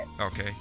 okay